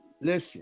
Listen